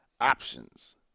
Options